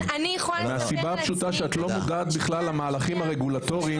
מהסיבה הפשוטה שאת לא מודעת בכלל למהלכים הרגולטורים